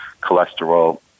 cholesterol